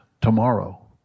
tomorrow